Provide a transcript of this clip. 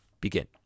Begin